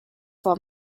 for